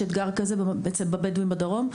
את האתגר הזה בקרב התלמידים הבדואים בדרום.